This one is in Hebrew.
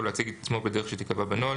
ולהציג את עצמו בדרך שתיקבע בנוהל,